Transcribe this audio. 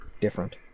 different